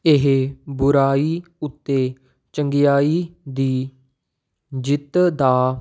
ਇਹ ਬੁਰਾਈ ਉੱਤੇ ਚੰਗਿਆਈ ਦੀ ਜਿੱਤ ਦਾ